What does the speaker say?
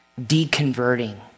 deconverting